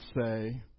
say